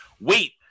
Wait